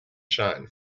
shine